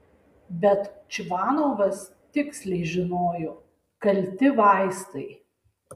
bet čvanovas tiksliai žinojo kalti vaistai